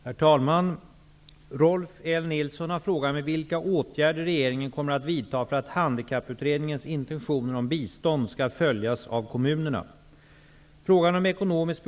Herr talman! Rolf L Nilson har frågat mig vilka åtgärder regeringen kommer att vidta för att Handikapputredningens intentioner om bistånd skall följas av kommunerna.